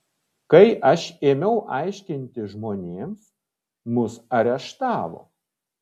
kai aš ėmiau aiškinti žmonėms mus areštavo